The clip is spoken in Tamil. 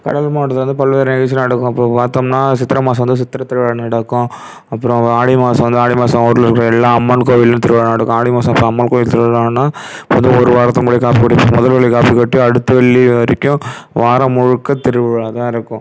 கடலூர் மாவட்டத்தில் வந்து பல்வேறு நிகழ்ச்சிலாம் நடக்கும் அப்போ பார்த்தோம்னா சித்திரை மாதம் வந்து சித்திரை திருவிழா நடக்கும் அப்புறம் ஆடி மாதம் வந்து ஆடி மாதம் ஊரில் இருக்கிற எல்லா அம்மன் கோவில்லில் திருவிழா நடக்கும் ஆடி மாதம் இப்போ அம்மன் கோயில் திருவிழான்னா இப்போ வந்து ஒரு வாரத்துக்கு முன்னாடி காப்பு கட்டி முத வெள்ளி காப்பு கட்டி அடுத்த வெள்ளி வரைக்கும் வாரம் முழுக்க திருவிழா தான் இருக்கும்